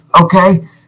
Okay